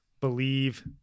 believe